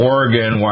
Oregon